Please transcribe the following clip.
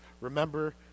Remember